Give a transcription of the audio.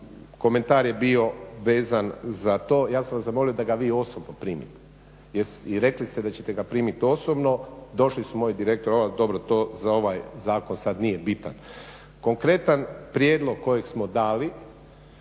komentar je bio vezan za to, ja sam zamolio da ga vi osobno primite i rekli ste da ćete ga primiti osobno. Došli su moji direktor, dobro to za ovaj zakon sada nije bitan. Konkretan prijedlog kojeg smo dali